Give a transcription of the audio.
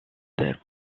there